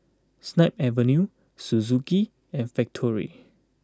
Snip Avenue Suzuki and Factorie